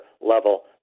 level